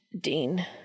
Dean